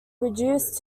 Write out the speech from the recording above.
reduced